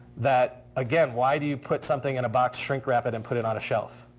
that again, why do you put something in a box, shrink wrap it, and put it on a shelf?